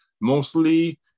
mostly